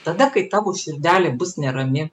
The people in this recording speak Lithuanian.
tada kai tavo širdelė bus nerami